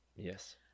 Yes